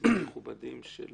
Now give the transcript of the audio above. נציגים מכובדים של